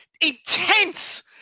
intense